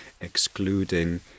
excluding